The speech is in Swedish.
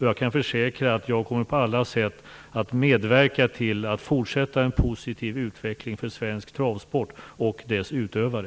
Jag kan försäkra att jag på alla sätt kommer att medverka till en fortsatt positiv utveckling för svensk travsport och dess utövare.